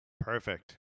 Perfect